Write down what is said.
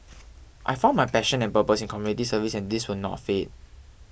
I found my passion and purpose in community service and this will not fade